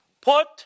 Put